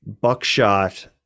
buckshot